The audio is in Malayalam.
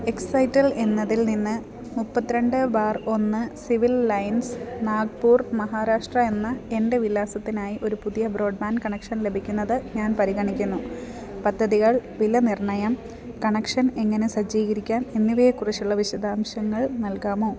എക്സൈറ്റൽ എന്നതിൽ നിന്ന് മുപ്പത്തിരണ്ട് ബാർ ഒന്ന് സിവിൽ ലൈൻസ് നാഗ്പൂർ മഹാരാഷ്ട്ര എന്ന എൻ്റെ വിലാസത്തിനായി ഒരു പുതിയ ബ്രോഡ്ബാൻഡ് കണക്ഷൻ ലഭിക്കുന്നത് ഞാൻ പരിഗണിക്കുന്നു പദ്ധതികൾ വിലനിർണ്ണയം കണക്ഷൻ എങ്ങനെ സജ്ജീകരിക്കാം എന്നിവയെക്കുറിച്ചുള്ള വിശദാംശങ്ങൾ നൽകാമോ